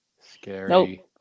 Scary